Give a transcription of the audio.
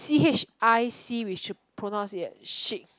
c H I C we should pronounce it as chic